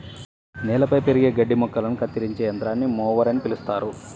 నేలపై పెరిగే గడ్డి మొక్కలను కత్తిరించే యంత్రాన్ని మొవర్ అని పిలుస్తారు